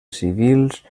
civils